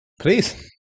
Please